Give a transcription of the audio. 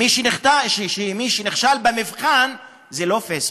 שמי שנכשל במבחן זה לא פייסבוק,